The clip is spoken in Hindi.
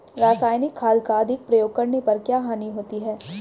रासायनिक खाद का अधिक प्रयोग करने पर क्या हानि होती है?